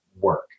work